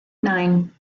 nine